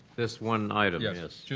this one item yeah yes. yeah